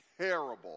terrible